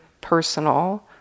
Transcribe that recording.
personal